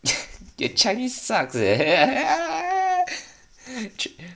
your chinese suck eh